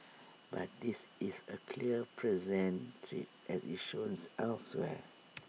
but this is A clear present threat as IT showns elsewhere